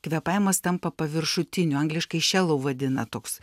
kvėpavimas tampa paviršutiniu angliškai šelo vadina toks